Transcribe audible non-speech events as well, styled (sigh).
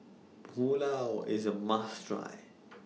Pulao IS A must Try (noise)